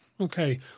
Okay